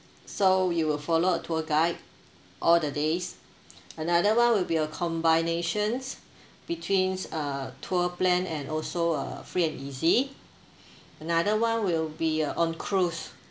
so you will follow a tour guide all the days another one will be a combinations between a tour plan and also a free and easy another one will be uh on cruise